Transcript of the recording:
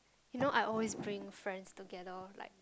you know I always bring friends together like